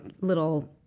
little